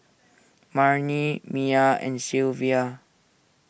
Marni Miah and Sylvia